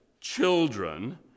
children